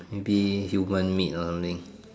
maybe human meat or something